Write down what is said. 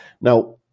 Now